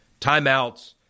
Timeouts